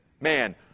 man